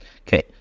Okay